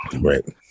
Right